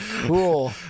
Cool